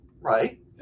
Right